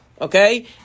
Okay